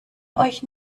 euch